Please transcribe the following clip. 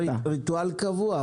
אבל זה ריטואל קבוע.